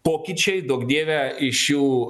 pokyčiai duok dieve iš jų